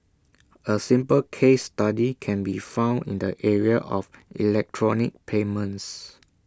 A simple case study can be found in the area of electronic payments